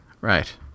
right